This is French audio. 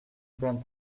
bande